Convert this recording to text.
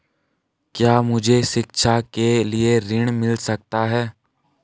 क्या मुझे शिक्षा के लिए ऋण मिल सकता है?